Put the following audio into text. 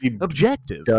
objective